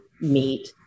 meet